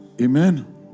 Amen